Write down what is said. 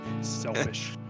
selfish